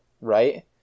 right